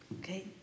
okay